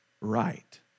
right